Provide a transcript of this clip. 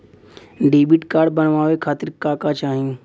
Debit card बनवावे खातिर का का चाही?